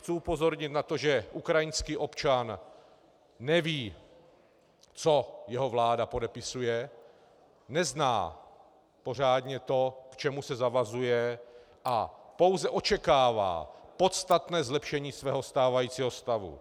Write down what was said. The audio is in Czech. Chci upozornit na to, že ukrajinský občan neví, co jeho vláda podepisuje, nezná pořádně to, k čemu se zavazuje, a pouze očekává podstatné zlepšení svého stávajícího stavu.